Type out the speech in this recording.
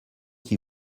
qui